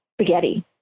Spaghetti